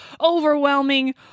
overwhelming